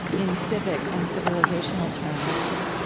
in civic and civilizational terms.